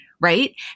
right